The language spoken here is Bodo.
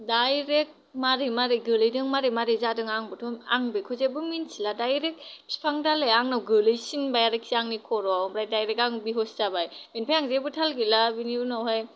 दयरेग मारै मारै गोलैदों मारै मारै जादों आंबोथ' आं बेखौ जेबो मिथिला दायरेक फिफां दालाया आंनाव गोलैसिनबाय आरोखि आंनि खर'आव ओमफ्राय दायरेक आं बिहुस जाबाय ओमफाय आं जेबो थाल गैला बिनि उनाव हाय